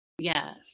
Yes